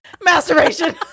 Masturbation